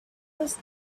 was